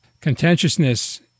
contentiousness